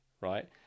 right